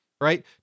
right